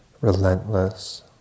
relentless